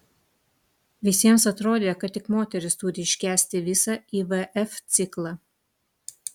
visiems atrodė kad tik moteris turi iškęsti visą ivf ciklą